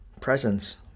presence